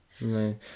No